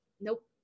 nope